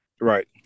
Right